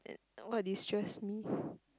like what distressed me